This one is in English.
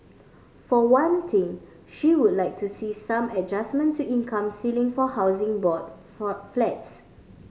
for one thing she would like to see some adjustment to income ceiling for Housing Board flats